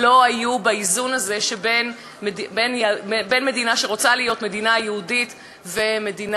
לא היו באיזון הזה במדינה שרוצה להיות מדינה יהודית ודמוקרטית,